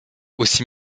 aussi